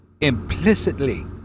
implicitly